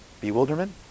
bewilderment